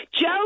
Joe